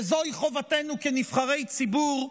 כי זוהי חובתנו כנבחרי ציבור,